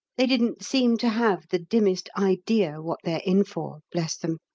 they didn't seem to have the dimmest idea what they're in for, bless them.